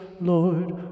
Lord